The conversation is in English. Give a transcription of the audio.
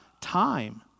time